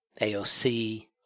AOC